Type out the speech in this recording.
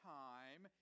time